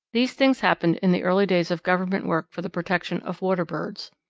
these things happened in the early days of government work for the protection of water birds.